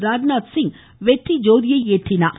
ராஜ்நாத் சிங் வெற்றி ஜோதியை ஏற்றிவைத்தார்